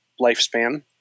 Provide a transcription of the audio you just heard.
lifespan